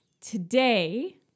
today